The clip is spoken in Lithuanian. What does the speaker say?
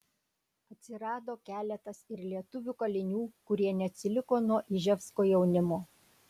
atsirado keletas ir lietuvių kalinių kurie neatsiliko nuo iževsko jaunimo